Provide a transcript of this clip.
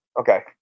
Okay